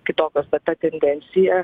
kitokios bet ta tendencija